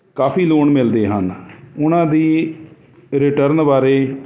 ਕਾਫੀ loan ਮਿਲਦੇ ਹਨ ਉਹਨਾਂ ਦੀ ਰਿਟਰਨ ਬਾਰੇ